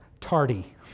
tardy